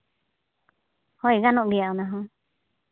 ᱦᱳᱭ ᱜᱟᱱᱚᱜ ᱜᱮᱭᱟ ᱚᱱᱟ ᱦᱚᱸ